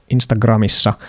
Instagramissa